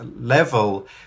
level